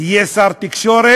תהיה שר תקשורת